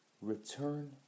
return